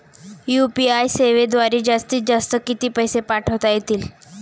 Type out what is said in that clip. UPI सेवेद्वारे जास्तीत जास्त किती पैसे पाठवता येतील?